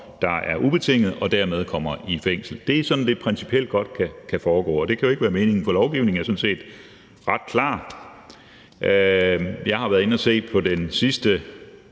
der er ubetinget, og dermed kommer i fængsel. Det er sådan, det i praksis godt kan foregå, og det kan jo ikke være meningen, for lovgivningen er sådan set ret klar. Jeg har været inde at se på den sidste